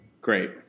great